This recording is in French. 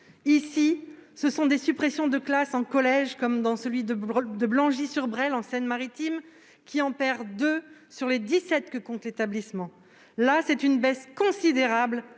Ici, ce sont des suppressions de classes au collège : celui de Blangy-sur-Bresle, par exemple, en Seine-Maritime, en perd 2 sur les 17 que compte l'établissement. Là, c'est une baisse considérable